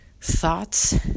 Thoughts